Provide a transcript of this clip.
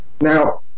Now